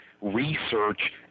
research